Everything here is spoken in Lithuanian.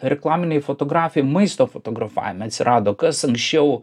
reklaminėj fotografijoj maisto fotografavime atsirado kas anksčiau